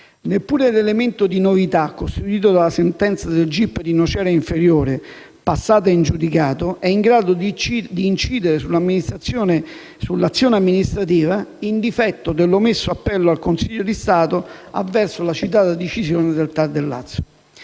Neppure l'elemento di novità costituito dalla sentenza del giudice per le indagini preliminari di Nocera Inferiore, passata in giudicato, è in grado di incidere sull'azione amministrativa, in difetto dell'omesso appello al Consiglio di Stato avverso la citata decisione del TAR del Lazio.